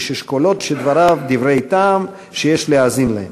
איש אשכולות שדבריו דברי טעם שיש להאזין להם.